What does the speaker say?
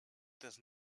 does